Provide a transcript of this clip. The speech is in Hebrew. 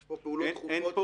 יש פה פעולות דחופות שעושים,